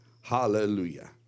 Hallelujah